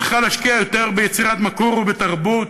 צריכה להשקיע יותר ביצירת מקור ובתרבות,